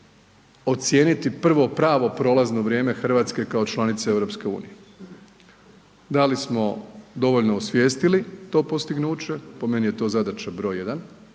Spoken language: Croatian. ocijeniti prvo pravo prolazno vrijeme Hrvatske kao članice EU. Da li smo dovoljno osvijestili to postignuće, po meni je to zadaća broj jedan,